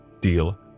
deal